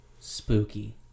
spooky